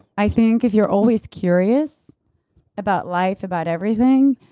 i think if you're always curious about life, about everything,